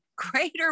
Greater